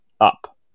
up